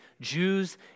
Jews